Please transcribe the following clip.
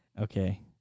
Okay